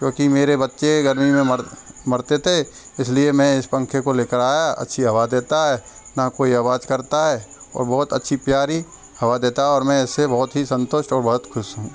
क्योंकि मेरे बच्चे गर्मी में मरते थे इसलिए मैं इस पंखे को लेकर आया अच्छी हवा देता है ना कोई आवाज करता है और बहुत अच्छी प्यारी हवा देता है और मैं ऐसे बहुत ही संतुष्ट और बहुत खुश हूँ